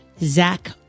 Zach